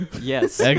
Yes